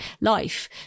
life